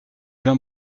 vint